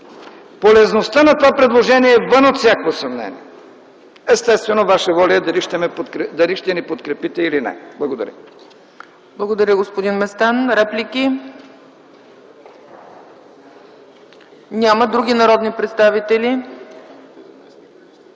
Полезността на това предложение е вън от всякакво съмнение. Естествено ваша воля е дали ще ни подкрепите или не. Благодаря ви. ПРЕДСЕДАТЕЛ ЦЕЦКА ЦАЧЕВА: Благодаря, господин Местан. Реплики? Няма. Други народни представители?